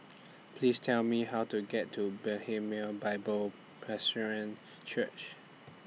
Please Tell Me How to get to Bethlehem Bible Presbyterian Church